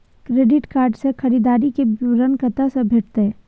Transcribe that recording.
Credit card से खरीददारी के विवरण कत्ते से भेटतै?